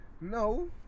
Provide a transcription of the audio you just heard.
No